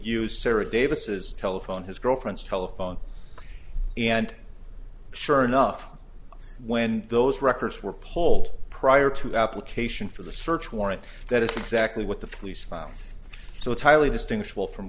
use sarah davis's telephone his girlfriend's telephone and sure enough when those records were pulled prior to application for the search warrant that is exactly what the police found so it's highly distinguish well from